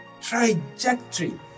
trajectory